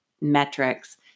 metrics